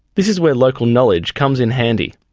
this is where local knowledge comes in handy.